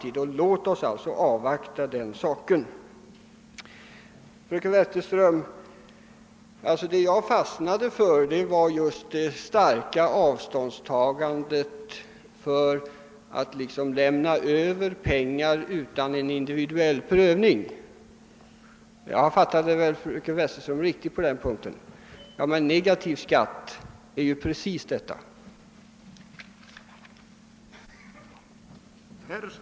Till fröken Wetterström vill jag säga att jag reagerade mot det starka avståndstagandet från mittenpartiernas reservation om minimiinkomst som innebär, enligt fröken Wetterström, att pengar skulle lämnas över utan individuell prövning. Jag fattade väl fröken Wetterström riktigt på den punkten. Men negativ skatt är ju precis detta.